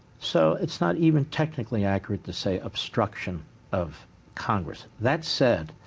so it's not even technically accurate to say obstruction of congress. that said,